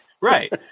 Right